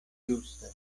ĝuste